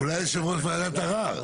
אולי יושב ראש וועדת ערר.